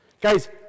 guys